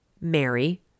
Mary